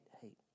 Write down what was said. hate